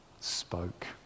spoke